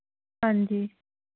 ਹਾਂਜੀ